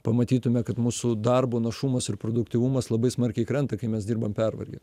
pamatytume kad mūsų darbo našumas ir produktyvumas labai smarkiai krenta kai mes dirbam pervargę